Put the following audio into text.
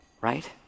right